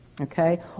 okay